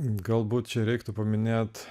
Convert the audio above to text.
galbūt reiktų paminėti